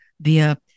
via